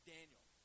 Daniel